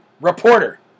reporter